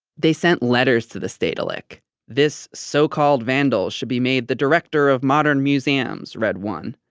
they sent letters to the stedelijk. this so-called vandal should be made the director of modern museums, read one.